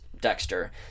Dexter